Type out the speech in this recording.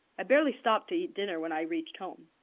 i barely stopped to eat dinner when i reached home.